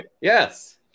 yes